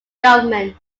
government